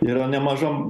yra nemaža